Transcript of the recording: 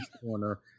corner